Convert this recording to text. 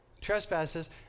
Trespasses